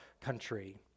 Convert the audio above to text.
country